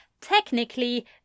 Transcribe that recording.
Technically